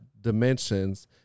dimensions